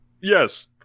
yes